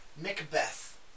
Macbeth